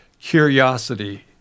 curiosity